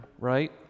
right